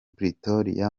pretoria